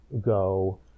go